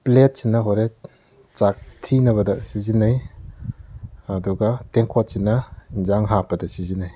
ꯄ꯭ꯂꯦꯠꯁꯤꯅ ꯍꯣꯔꯦꯟ ꯆꯥꯛ ꯊꯤꯅꯕꯗ ꯁꯤꯖꯟꯅꯩ ꯑꯗꯨꯒ ꯇꯦꯡꯀꯣꯠꯁꯤꯅ ꯌꯦꯟꯖꯁꯥꯡ ꯍꯥꯞꯄꯗ ꯁꯤꯖꯟꯅꯩ